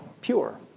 pure